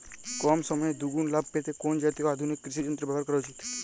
কম সময়ে দুগুন লাভ পেতে কোন জাতীয় আধুনিক কৃষি যন্ত্র ব্যবহার করা উচিৎ?